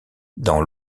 dans